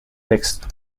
texto